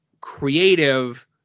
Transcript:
creative